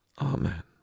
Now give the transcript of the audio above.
Amen